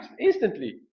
instantly